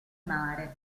mare